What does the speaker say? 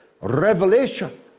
revelation